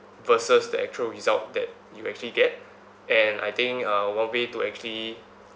versus the actual result that you actually get and I think uh one way to actually